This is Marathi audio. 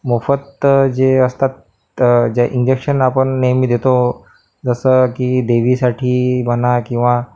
मोफत जे असतात ज्या इंजेक्शन आपण नेहमी देतो जसं की देवीसाठी म्हणा किंवा